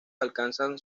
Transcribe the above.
alcanzan